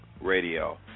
Radio